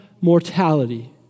mortality